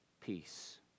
peace